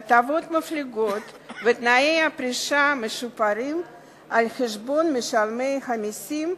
הטבות מפליגות ותנאי פרישה משופרים על חשבון משלמי המסים,